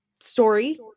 story